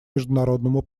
международному